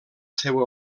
seua